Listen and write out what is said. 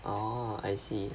oh I see